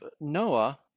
Noah